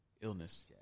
Illness